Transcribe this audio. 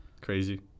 Crazy